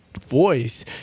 voice